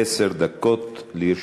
עשר דקות לרשותך.